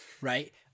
right